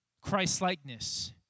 Christ-likeness